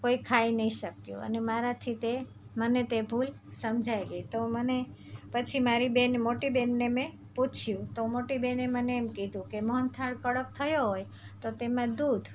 કોઈ ખાઈ ન શક્યું અને મારાથી તે મને તે ભૂલ સમજાઈ ગઈ તો મને પછી મારી બેન મોટી બેનને મેં પૂછ્યું તો મોટી બેને મને એમ કીધું કે મોનથાળ કડક થયો હોય તો તેમાં દૂધ